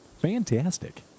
fantastic